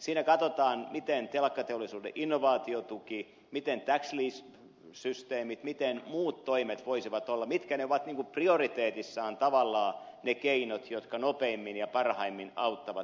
siinä katsotaan miten soveltuu telakkateollisuuden innovaatiotuki miten tax list systeemit ja mitä ne muut toimet voisivat olla mitkä ovat prioriteetissaan tavallaan ne keinot jotka nopeimmin ja parhaimmin auttavat telakkateollisuutta